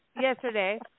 yesterday